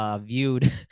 Viewed